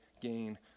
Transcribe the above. gain